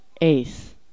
ace